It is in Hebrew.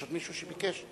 יש עוד מישהו שביקש?